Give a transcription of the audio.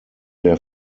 der